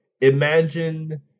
imagine